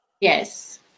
Yes